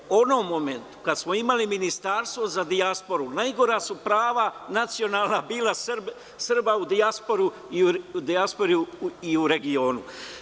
U onom momentu kada smo imali Ministarstvo za dijasporu, najgora su prava nacionalna bila Srba u dijaspori i u regionu.